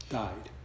died